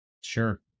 Sure